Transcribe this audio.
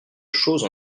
choses